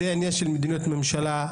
זה עניין של מדיניות ממשלה,